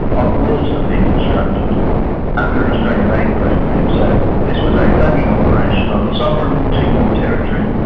of walls to be constructed under an australian aid program. so this was a bugging operation on sovereign timor territory.